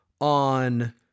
on